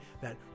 that-